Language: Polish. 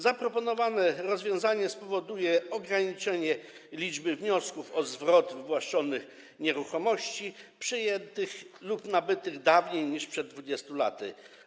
Zaproponowane rozwiązanie spowoduje ograniczenie liczby wniosków o zwrot wywłaszczonych nieruchomości przejętych lub nabytych dawniej niż przed 20 laty.